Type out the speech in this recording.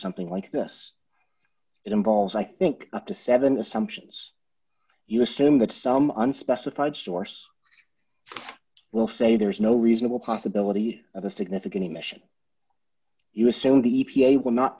something like this it involves i think up to seven assumptions you assume that some unspecified source will say there's no reasonable possibility of a significant emission you assume the e p a will not